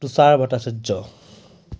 Tushar Bhattacharya